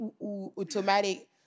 automatic